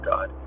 God